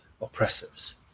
oppressors